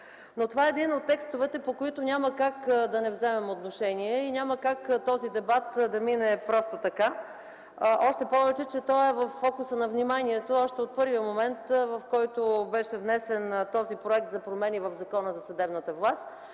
Но това е един от текстовете, по които няма как да не вземем отношение и няма как този дебат да мине просто така, още повече, че той е във фокуса на вниманието още от първия момент, в който беше внесен този проект за промени в Закона за съдебната власт.